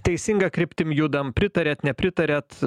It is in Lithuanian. teisinga kryptim judam pritariat nepritariat